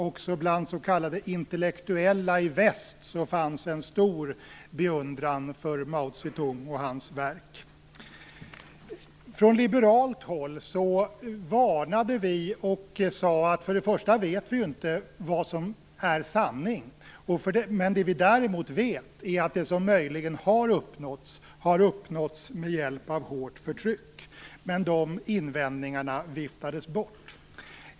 Också bland så kallade intellektuella i väst fanns en stor beundran för Mao Från liberalt håll varnade vi för detta och sade att vi inte vet vad som är sanning, men vad vi däremot vet är att det som möjligen har uppnåtts har uppnåtts med hjälp av hårt förtryck. Men dessa invändningar viftades bort.